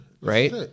Right